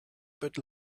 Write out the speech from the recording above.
bit